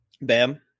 Bam